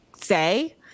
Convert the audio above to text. say